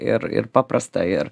ir ir paprasta ir